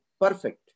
perfect